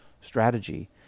strategy